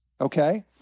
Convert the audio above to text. okay